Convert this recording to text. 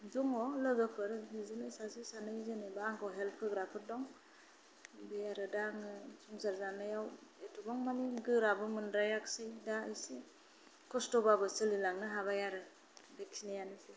दङ लोगोफोर सासे सानै आंखौ हेलफ होग्राफोर दं बे आरो दा आङो संसार जानायाव एथग्राफ गोराबो मोनद्रायासै दा एसे बाबो सोलिलांनो हाबाय आरो बेखिनि आनोसै